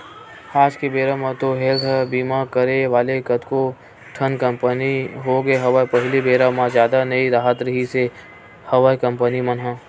आज के बेरा म तो हेल्थ बीमा करे वाले कतको ठन कंपनी होगे हवय पहिली बेरा म जादा नई राहत रिहिस हवय कंपनी मन ह